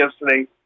yesterday